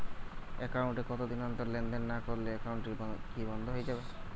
Account এ কতদিন অন্তর লেনদেন না করলে একাউন্টটি কি বন্ধ হয়ে যাবে?